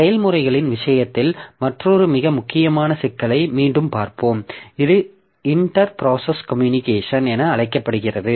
செயல்முறைகளின் விஷயத்தில் மற்றொரு மிக முக்கியமான சிக்கலை மீண்டும் பார்ப்போம் இது இன்டெர் ப்ராசஸ் கம்யூனிகேஷன் என அழைக்கப்படுகிறது